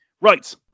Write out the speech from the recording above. Right